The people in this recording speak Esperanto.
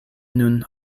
nun